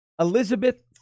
Elizabeth